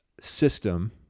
system